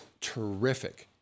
terrific